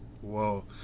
Whoa